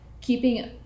keeping